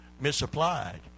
misapplied